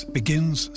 begins